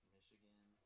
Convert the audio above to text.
Michigan